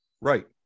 right